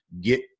get